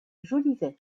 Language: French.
jolivet